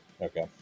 Okay